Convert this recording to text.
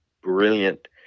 brilliant